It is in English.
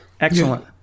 Excellent